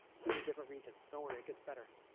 through the different regions. don't worry it gets better.